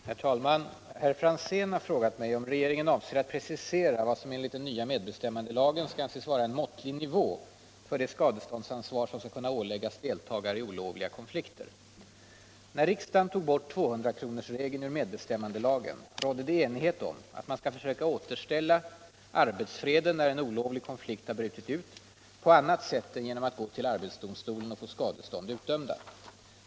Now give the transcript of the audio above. Herr talman! Herr Franzén har frågat mig om regeringen avser att precisera vad som enligt den nya medbestämmandelagen skall anses vara en ”måttlig nivå” för det skadeståndsansvar som skall kunna åläggas deltagare i olovliga konflikter. När riksdagen tog bort 200-kronorsregeln ur medbestämmandelagen rådde det enighet om att man skall försöka återställa arbetsfreden när en olovlig konflikt har brutit ut på annat sätt än genom att gå till arbetsdomstolen och få skadestånd utdömda.